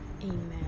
Amen